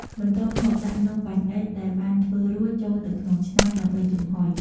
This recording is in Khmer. បន្ទាប់មក ដាក់នំបាញ់អុិចដែលបានធ្វើរួចចូលទៅក្នុងឆ្នាំង ដើម្បីចំហុយ។